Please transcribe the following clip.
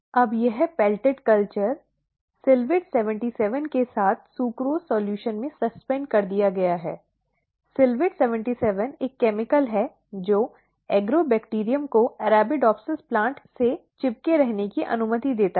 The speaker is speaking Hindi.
अब यह पेलेटेड कल्चर सिल्वेट 77 के साथ सुक्रोज सॉल्यूशन में सस्पेंडेड कर दिया गया है सिल्वेट 77 एक रसायन है जो एग्रोबैक्टीरियम को अरबिडोप्सिसप्लांट से चिपके रहने की अनुमति देता है